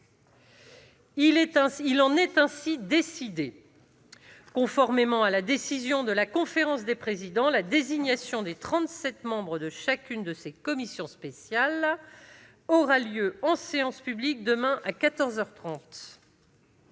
Il en est ainsi décidé. Conformément à la décision de la conférence des présidents, la désignation des trente-sept membres de chacune de ces commissions spéciales aura lieu en séance publique, demain, à